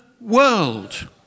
world